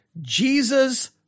Jesus